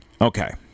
Okay